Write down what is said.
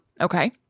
Okay